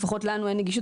לפחות לנו אין גישה,